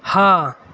ہاں